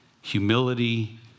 Humility